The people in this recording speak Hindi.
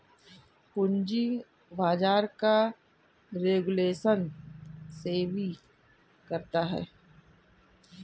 पूंजी बाजार का रेगुलेशन सेबी करता है